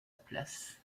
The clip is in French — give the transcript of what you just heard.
place